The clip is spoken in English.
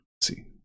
see